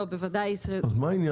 לא, בוודאי --- אז מה העניין?